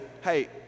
hey